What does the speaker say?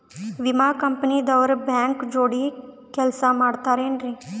ವಿಮಾ ಕಂಪನಿ ದವ್ರು ಬ್ಯಾಂಕ ಜೋಡಿ ಕೆಲ್ಸ ಮಾಡತಾರೆನ್ರಿ?